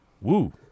Woo